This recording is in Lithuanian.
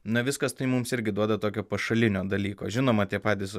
na viskas tai mums irgi duoda tokio pašalinio dalyko žinoma tie patys